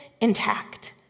intact